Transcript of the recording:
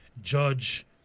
Judge